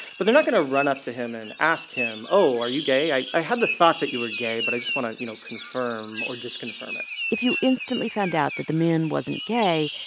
but they're not going to run up to him and ask him, oh, are you gay? i i had the thought that you were gay, but i just want to, you know, confirm or disconfirm it if you instantly found out that the man wasn't gay,